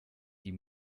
die